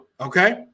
Okay